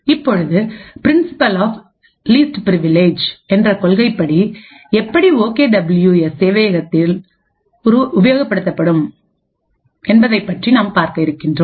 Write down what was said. இப்பொழுது principle of least privilege என்ற கொள்கைப்படி எப்படி ஓகே டபிள்யூ எஸ் சேவையகத்தில் உபயோகப்படுத்தப்படும் என்பதைப்பற்றி நாம் பார்க்க இருக்கின்றோம்